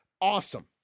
Awesome